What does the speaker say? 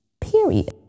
period